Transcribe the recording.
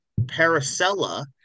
paracella